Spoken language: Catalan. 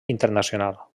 internacional